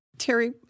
Terry